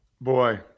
Boy